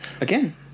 Again